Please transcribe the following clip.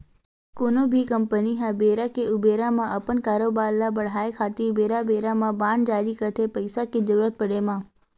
कोनो भी कंपनी ह बेरा के ऊबेरा म अपन कारोबार ल बड़हाय खातिर बेरा बेरा म बांड जारी करथे पइसा के जरुरत पड़े म